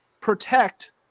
protect